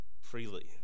freely